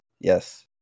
Yes